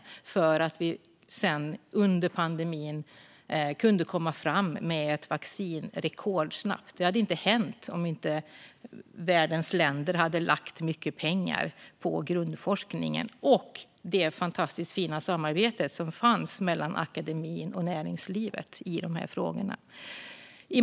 Det var den som gjorde att vi sedan under pandemin rekordsnabbt kunde komma fram med ett vaccin. Det hade inte hänt om inte världens länder hade lagt mycket pengar på grundforskningen och om inte det fantastiskt fina samarbete som fanns mellan akademi och näringsliv i de här frågorna hade funnits.